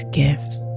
gifts